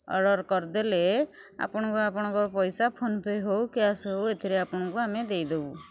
order କରିଦେଲେ ଆପଣଙ୍କୁ ଆପଣଙ୍କ ପଇସା ଫୋନ୍ପେ ହେଉ କ୍ୟାସ୍ ହେଉ ଏଥିରେ ଆପଣଙ୍କୁ ଆମେ ଦେଇଦେବୁ